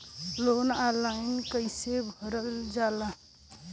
Loan online कइसे भरल जाला?